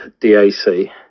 DAC